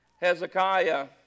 Hezekiah